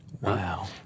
Wow